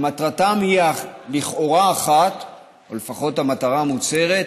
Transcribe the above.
שמטרתה לכאורה היא אחת, או לפחות המטרה המוצהרת,